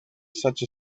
such